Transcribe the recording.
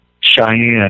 Cheyenne